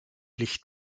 licht